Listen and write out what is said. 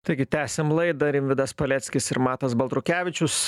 taigi tęsiam laidą rimvydas paleckis ir matas baltrukevičius